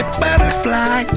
butterfly